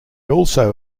also